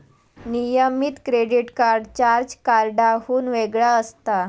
नियमित credit card charge कार्डाहुन वेगळा असता